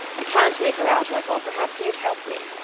i can't make her out, and i thought perhaps you'd help me.